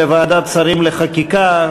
בוועדת שרים לחקיקה,